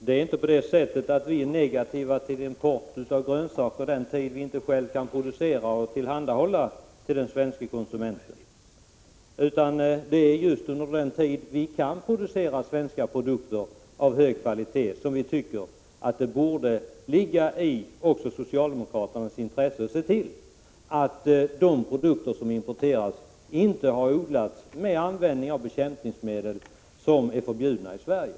Herr talman! Vi är inte negativa till import av grönsaker den tid vi inte själva kan tillhandahålla den svenske konsumenten sådana. Vi tycker bara att det borde ligga i även socialdemokraternas intresse att se till att de produkter som importeras under just den tid när man kan producera svenska varor av hög kvalitet inte har odlats med användning av bekämpningsmedel som är förbjudna i Sverige.